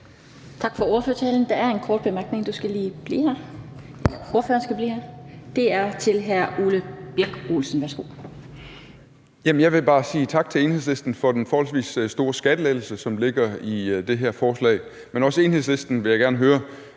Tak for ordførertalen. Der er en kort bemærkning. Ordføreren skal lige blive her. Det er til hr. Ole Birk Olesen. Værsgo. Kl. 18:57 Ole Birk Olesen (LA): Jeg vil bare sige tak til Enhedslisten for den forholdsvis store skattelettelse, som ligger i det her forslag. Men jeg vil også gerne høre